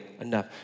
enough